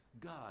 God